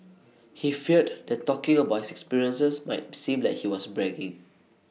he feared that talking about his experiences might seem like he was bragging